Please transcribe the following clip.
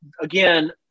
again